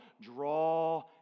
draw